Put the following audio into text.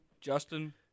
Justin